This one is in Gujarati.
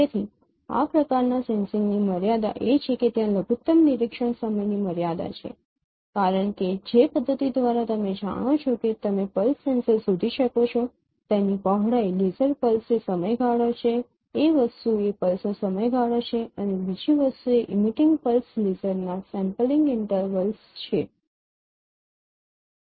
તેથી ત્યાં આ પ્રકારના સેન્સિંગની મર્યાદા એ છે કે ત્યાં લઘુતમ નિરીક્ષણ સમયની મર્યાદા છે કારણ કે જે પદ્ધતિ દ્વારા તમે જાણો છો કે તમે પલ્સ લેસર શોધી શકો છો તેની પહોળાઈ લેસર પલ્સ એ સમયગાળો છે એક વસ્તુ એ પલ્સનો સમયગાળો છે અને બીજી વસ્તુ એ ઈમિટિંગ પલ્સ લેસરના સેમ્પલિંગ ઇન્ટરવલ્સ છે